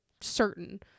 certain